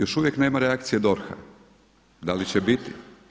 Još uvijek nema reakcije DORH-a, da li će biti?